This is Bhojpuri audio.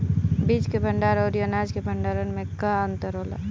बीज के भंडार औरी अनाज के भंडारन में का अंतर होला?